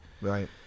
Right